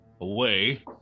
away